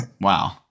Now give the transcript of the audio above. Wow